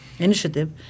initiative